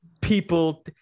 people